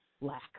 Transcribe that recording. lack